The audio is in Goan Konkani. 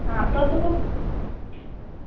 हां तो तुका